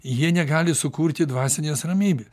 jie negali sukurti dvasinės ramybės